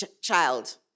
child